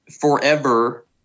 forever